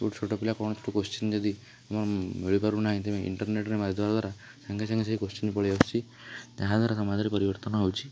କେଉଁଠୁ ଛୋଟପିଲା କୌଣସି କୋଶ୍ଚୀନ ଯଦି ମିଳି ପାରୁନାହିଁ ତେବେ ଇଣ୍ଟରନେଟରେ ମାରିଦେବା ଦ୍ୱାରା ସାଙ୍ଗେ ସାଙ୍ଗେ ସେ କୋଶ୍ଚୀନ ପଳେଇ ଆସୁଛି ତାହାଦ୍ୱାରା ସମାଜରେ ପରିବର୍ତ୍ତନ ହେଉଛି